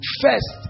First